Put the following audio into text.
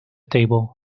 table